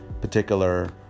particular